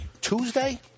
Tuesday